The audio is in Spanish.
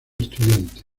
estudiante